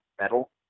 metal